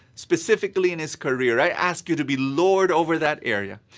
specifically, in his career. i ask you to be lord over that area.